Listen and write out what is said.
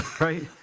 right